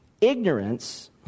ignorance